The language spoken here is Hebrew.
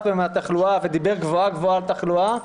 לו מהתחלואה ודיבר גבוהה גבוהה על תחלואה,